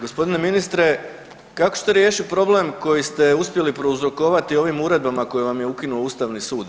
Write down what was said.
Gospodine ministre kako ćete riješiti problem koji ste uspjeli prouzrokovati ovim uredbama koje vam je ukinuo Ustavni sud?